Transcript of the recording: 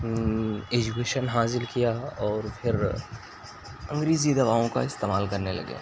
education حاصل کیا اور پھر انگریزی دواؤں کا استعمال کرنے لگے